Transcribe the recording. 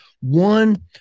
one